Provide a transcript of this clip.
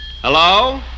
Hello